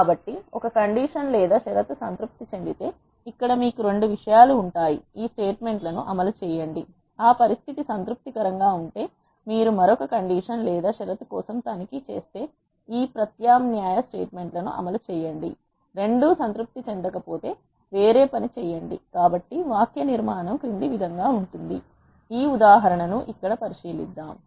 కాబట్టి ఒక కండీషన్ లేదా షరతు సంతృప్తి చెందితే ఇక్కడ మీకు 2 విషయాలు ఉంటాయి ఈ స్టేట్మెంట్ లను అమలు చేయండి ఆ పరిస్థితి సంతృప్తి కరంగా ఉంటే మీరు మరొక కండీషన్ లేదా షరతు కోసం తనిఖీ చేస్తే ఈ ప్రత్యామ్నాయ స్టేట్మెంట్ లను అమలు చేయండి రెండూ సంతృప్తి చెందకపోతే వేరే పని చేయండి కాబట్టి వాక్యనిర్మాణం క్రింది విధంగా ఉంటుంది ఈ ఉదాహరణ ను ఇక్కడ పరిశీలిద్దాం